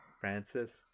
francis